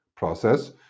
Process